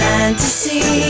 Fantasy